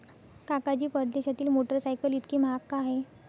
काका जी, परदेशातील मोटरसायकल इतकी महाग का आहे?